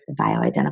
bioidentical